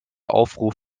aufruf